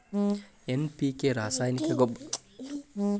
NPK ರಾಸಾಯನಿಕ ಗೊಬ್ಬರಾನ ಹಣ್ಣು ಹೂವಿನಂತ ಬೆಳಿ ಬೆಳ್ಯಾಕ ಹೆಚ್ಚ್ ಉಪಯೋಗಸ್ತಾರ